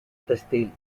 textil